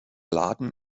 laden